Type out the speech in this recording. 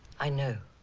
i know